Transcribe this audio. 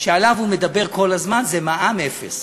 שעליו הוא מדבר כל הזמן זה מע"מ אפס.